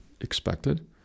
expected